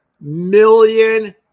million